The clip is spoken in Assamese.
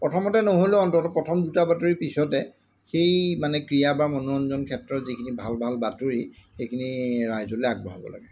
প্ৰথমতে নহ'লেও অন্ততঃ প্ৰথম দুটা বাতৰি পিছতে সেই মানে ক্ৰীড়া বা মনোৰঞ্জন ক্ষেত্ৰত যিখিনি ভাল ভাল বাতৰি সেইখিনি ৰাইজলৈ আগবঢ়াব লাগে